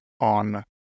on